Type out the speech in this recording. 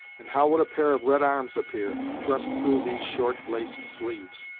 and how would a pair of red arms appear, thrust through these short, laced sleeves!